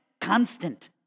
constant